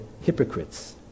hypocrites